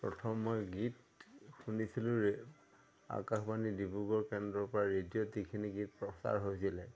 প্ৰথম মই গীত শুনিছিলোঁ ৰে আকাশবাণী ডিব্ৰুগড় কেন্দ্ৰৰ পৰা ৰেডিঅ'ত যিখিনি গীত প্ৰচাৰ হৈছিলে